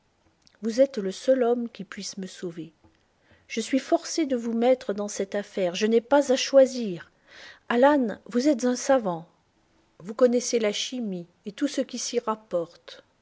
vous êtes le seul homme qui puisse me sauver je suis forcé de vous mettre dans cette affaire je n'ai pas à choisir alan vous êtes un savant vous connaissez la chimie et tout ce qui s'y rapporte